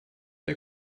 der